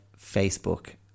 Facebook